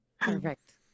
Perfect